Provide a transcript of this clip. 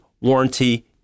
warranty